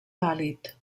pàl·lid